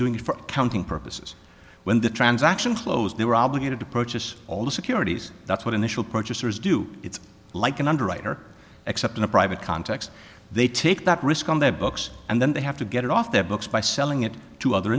for counting purposes when the transaction closed they were obligated to purchase all the securities that's what initial purchasers do it's like an underwriter except in a private context they take that risk on their books and then they have to get it off their books by selling it to other